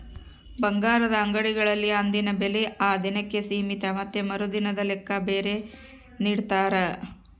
ಬಂಗಾರದ ಅಂಗಡಿಗಳಲ್ಲಿ ಅಂದಿನ ಬೆಲೆ ಆ ದಿನಕ್ಕೆ ಸೀಮಿತ ಮತ್ತೆ ಮರುದಿನದ ಲೆಕ್ಕ ಬೇರೆ ನಿಡ್ತಾರ